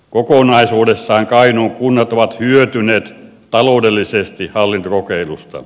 kokonaisuudessa kainuun kunnat ovat hyötyneet taloudellisesti hallintokokeilusta